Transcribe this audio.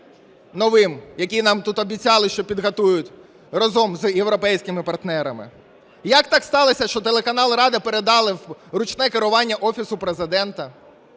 який нам тут обіцяли, що підготують разом з європейськими партнерами? Як так сталося, що телеканал "Рада" передали в ручне керування Офісу Президента?